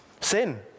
Sin